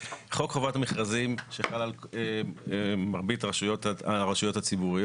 בחוק חובת המכרזים שחל על מרבית הרשויות הציבוריות,